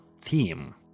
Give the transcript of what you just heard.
theme